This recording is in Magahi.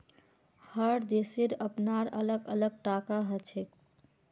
हर देशेर अपनार अलग टाका हछेक